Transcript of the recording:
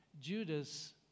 Judas